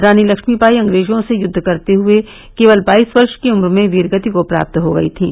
रानी लक्मीबाई अंग्रेजों से युद्व करते हुये केवल बाईस वर्ष की उम्र में वीरगति को प्राप्त हो गयी थीं